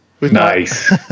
Nice